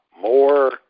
more